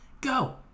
go